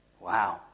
Wow